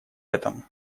этом